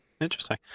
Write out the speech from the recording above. interesting